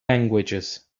languages